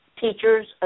Teachers